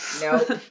Nope